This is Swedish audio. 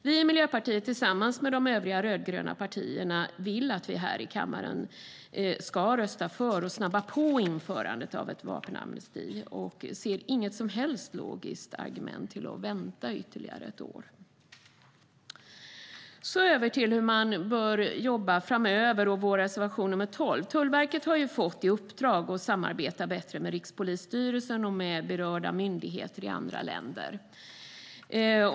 Vi i Miljöpartiet tillsammans med de övriga rödgröna partierna vill att vi här i kammaren ska rösta för att snabba på införandet av en vapenamnesti och ser inget som helst logiskt argument för att vänta ytterligare ett år. Så går jag över till hur man bör jobba framöver och vår reservation nr 12. Tullverket har fått i uppdrag att samarbeta bättre med Rikspolisstyrelsen och med berörda myndigheter i andra länder.